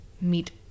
meet